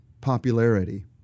popularity